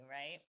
right